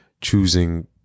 choosing